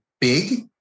big